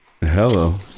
Hello